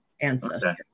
ancestor